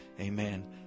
Amen